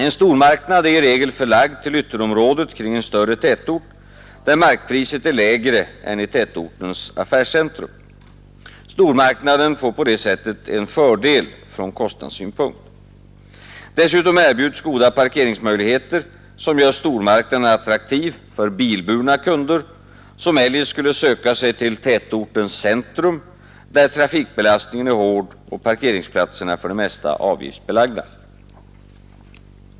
En stormarknad är i regel förlagd till ytterområdet kring en större tätort, där markpriset är lägre än i tätortens affärscentrum. Stormarknaden får på det sättet en fördel från kostnadssynpunkt. Dessutom erbjuds goda parkeringsmöjligheter som gör stormarknaden attraktiv för bilburna kunder, som eljest skulle söka sig till tätortens centrum, där trafikbelastningen är hård och parkeringsplatserna för det mesta avgiftsbelagda.